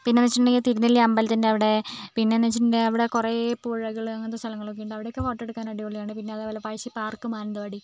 പിന്നേന്ന് വെച്ചിട്ടുണ്ടെങ്കിൽ തിരുനെല്ലി അമ്പലത്തിൻറ്റെ അവിടെ പിന്നേന്ന് വെച്ചിട്ടുണ്ടെങ്കിൽ അവിടെ കുറേ പുഴകള് അങ്ങനത്തേ സ്ഥലങ്ങളൊക്കെയുണ്ട് അവിടെയൊക്കെ ഫോട്ടോ എടുക്കാൻ ഒക്കെ അടിപൊളിയാണ് പിന്നേ അതേപോലെ പഴശ്ശി പാർക്ക് മാനന്തവാടി